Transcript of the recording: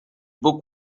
book